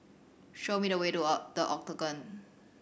show me the way to The Octagon